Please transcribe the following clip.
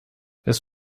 this